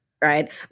Right